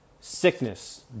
Sickness